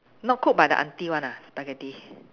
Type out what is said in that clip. not cook by the aunty [one] ah spaghetti